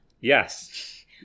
Yes